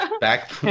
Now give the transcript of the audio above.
back